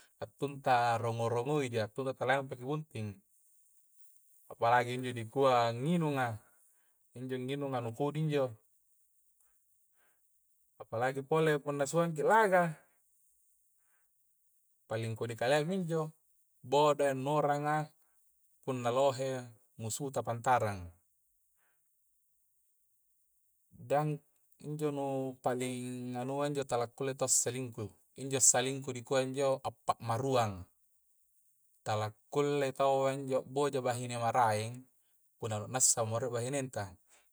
Antuntta a romo-rogoija antuntta kalampe ki buntting, palaga inni dikua nginunga injo nginunga nu kodi injo, palagi pole punna sua'ki laga paling kodi' kaleang mi injo bodoi nongarang punna lohe musuhta pantarang kan injo nu paling anua injo tala kulle taua selingkuh, injo salingkuh dikua injo a'ppamaruang tala kulle taua injo boja bahineng maraeng punna na'nasamo rie bahinengta